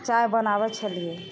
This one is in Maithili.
चाइ बनाबै छलिए